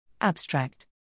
Abstract